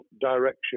direction